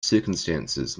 circumstances